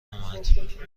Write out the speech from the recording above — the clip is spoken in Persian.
اومد